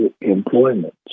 employment